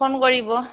phone কৰিব